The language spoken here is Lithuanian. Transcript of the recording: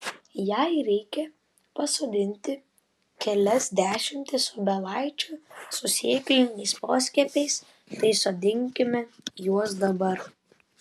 jei reikia pasodinti kelias dešimtis obelaičių su sėkliniais poskiepiais tai sodinkime juos dabar